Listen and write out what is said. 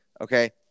okay